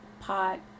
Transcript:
pot